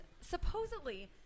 supposedly